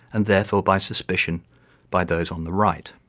and therefore by suspicion by those on the right.